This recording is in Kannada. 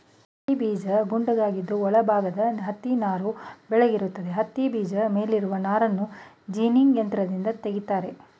ಹತ್ತಿಬೀಜ ಗುಂಡಾಗಿದ್ದು ಒಳ ಭಾಗದ ಹತ್ತಿನಾರು ಬೆಳ್ಳಗಿರ್ತದೆ ಹತ್ತಿಬೀಜ ಮೇಲಿರುವ ನಾರನ್ನು ಜಿನ್ನಿಂಗ್ ಯಂತ್ರದಿಂದ ತೆಗಿತಾರೆ